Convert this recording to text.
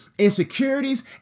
insecurities